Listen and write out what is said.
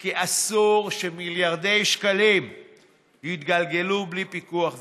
כי אסור שמיליארדי שקלים יתגלגלו בלי פיקוח ובקרה.